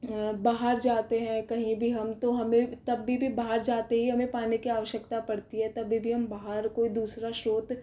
बाहर जाते हैं कहीं भी हम तो हमें तब भी हमें बाहर जाते ही पानी की आवश्यकता पड़ती है तभी भी हम बाहर कोई दूसरा स्त्रोत